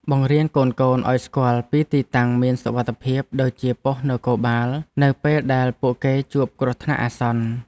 បង្រៀនកូនៗឱ្យស្គាល់ពីទីតាំងមានសុវត្ថិភាពដូចជាប៉ុស្តិ៍នគរបាលនៅពេលដែលពួកគេជួបគ្រោះអាសន្ន។